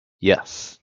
yes